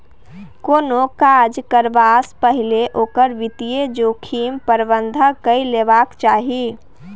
कोनो काज करबासँ पहिने ओकर वित्तीय जोखिम प्रबंधन कए लेबाक चाही